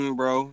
bro